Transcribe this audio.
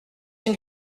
une